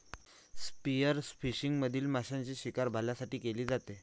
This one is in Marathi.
स्पीयरफिशिंग मधील माशांची शिकार भाल्यांद्वारे केली जाते